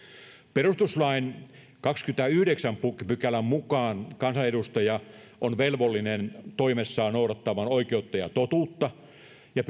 perustuslain kahdennenkymmenennenyhdeksännen pykälän mukaan kansanedustaja on velvollinen toimessaan noudattamaan oikeutta ja totuutta ja